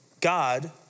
God